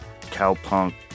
cowpunk